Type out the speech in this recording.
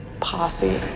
posse